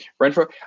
Renfro